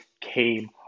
came